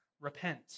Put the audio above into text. repent